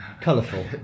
colourful